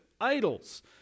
idols